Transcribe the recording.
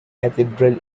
cathedral